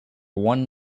one